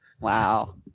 Wow